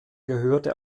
gehörte